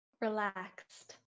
Relaxed